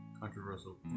Controversial